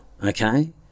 Okay